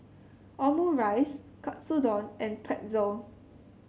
Omurice Katsudon and Pretzel